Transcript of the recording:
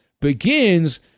begins